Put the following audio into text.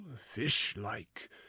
fish-like